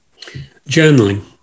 journaling